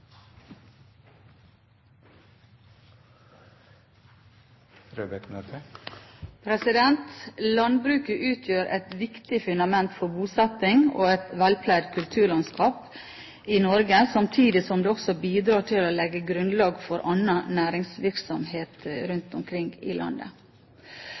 siden. Landbruket utgjør et viktig fundament for bosetting og et velpleid kulturlandskap i Norge, samtidig som det også bidrar til å legge grunnlag for annen næringsvirksomhet